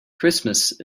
christmas